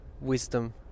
wisdom